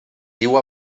diu